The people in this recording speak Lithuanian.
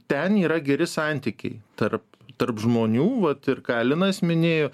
ten yra geri santykiai tarp tarp žmonių vat ir ką linas minėjo